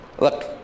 Look